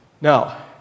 Now